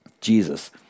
Jesus